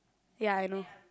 ya I know